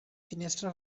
finestra